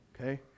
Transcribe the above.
Okay